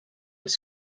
els